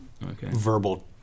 verbal